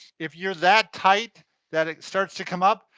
if you're that tight that it starts to come up,